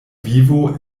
vivo